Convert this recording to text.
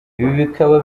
bikaba